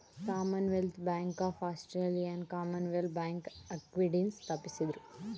Commonwealth Bank of ಆಸ್ಟ್ರೇಲಿಯಾವನ್ನ Commonwealth Bank ಆಕ್ಟ್ನಿಂದ ಸ್ಥಾಪಿಸಿದ್ದ್ರು